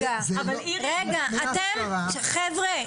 חבר'ה,